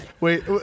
Wait